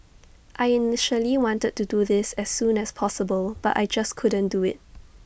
I initially wanted to do this as soon as possible but I just couldn't do IT